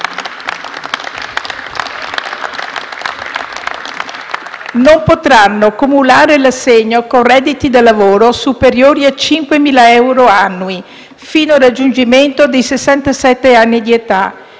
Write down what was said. non potranno cumulare l'assegno con redditi da lavoro superiori a 5.000 euro annui fino al raggiungimento dei sessantasette